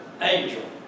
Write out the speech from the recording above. angel